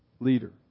leader